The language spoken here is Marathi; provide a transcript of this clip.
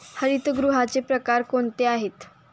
हरितगृहाचे प्रकार कोणते आहेत?